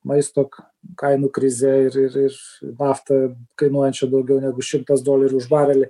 maisto kainų krize ir ir ir nafta kainuojančia daugiau negu šimtas dolerių už barelį